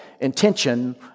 intention